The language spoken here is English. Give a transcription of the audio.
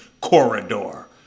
Corridor